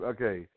Okay